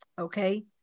Okay